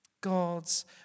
God's